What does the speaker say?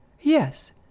Yes